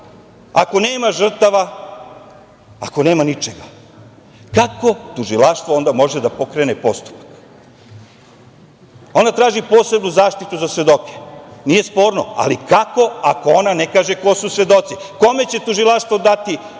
ako nema žrtava, ako nema ničega? Kako tužila onda može da pokrene postupak? Ona traži posebnu zaštitu za svedoke, nije sporno, ali kako ako ona ne kaže ko su svedoci? Kome će tužilaštvo dati posebnu